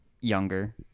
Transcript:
younger